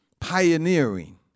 pioneering